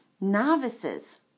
Novices